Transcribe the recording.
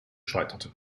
scheiterte